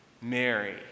Mary